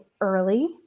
early